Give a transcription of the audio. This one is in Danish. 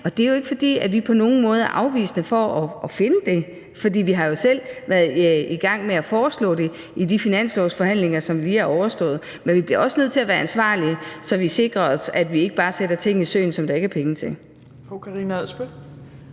og det er jo ikke, fordi vi på nogen måde er afvisende over for at finde det, for vi har jo selv været i gang med at foreslå det i de finanslovsforhandlinger, som lige er overstået. Men vi bliver også nødt til at være ansvarlige, så sikrer os, at vi ikke bare sætter ting i søen, som der ikke er penge til.